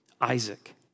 Isaac